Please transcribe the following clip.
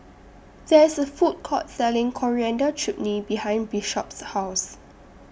There IS A Food Court Selling Coriander Chutney behind Bishop's House